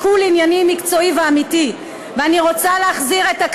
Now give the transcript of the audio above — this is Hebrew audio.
מבקשת, המוסד החשוב לציונות, אני כבר